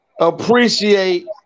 appreciate